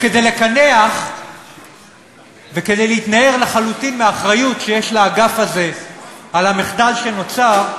כדי לקנח וכדי להתנער לחלוטין מאחריות שיש לאגף הזה על המחדל שנוצר,